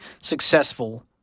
successful